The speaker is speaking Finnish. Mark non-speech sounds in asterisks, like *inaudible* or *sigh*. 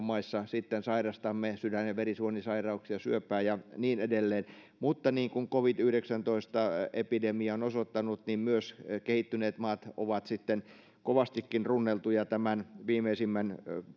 *unintelligible* maissa sitten sairastamme sydän ja verisuonisairauksia syöpää ja niin edelleen mutta niin kuin covid yhdeksäntoista epidemia on osoittanut myös kehittyneet maat ovat sitten kovastikin runneltuja tämän viimeisimmän